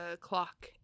clock